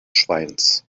schweins